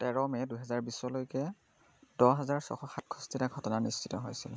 তেৰ মে' দুহেজাৰ বিছলৈকে দহ হেজাৰ ছশ সাতষষ্ঠিটা ঘটনা নিশ্চিত হৈছিল